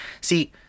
see